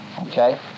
okay